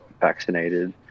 vaccinated